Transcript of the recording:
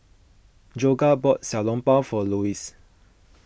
Jorja bought Xiao Long Bao for Luis